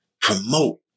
promote